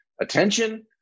attention